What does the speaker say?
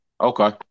Okay